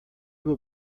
will